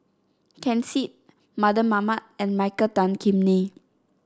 Ken Seet Mardan Mamat and Michael Tan Kim Nei